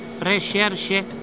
Recherche